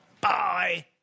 Bye